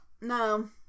No